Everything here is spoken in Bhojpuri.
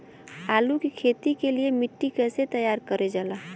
आलू की खेती के लिए मिट्टी कैसे तैयार करें जाला?